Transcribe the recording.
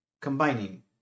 combining